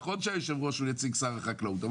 נכון שהיושב-ראש של מועצת החלב הוא נציג שר החקלאות אבל